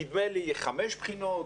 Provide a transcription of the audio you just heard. נדמה לי חמש בחינות.